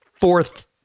fourth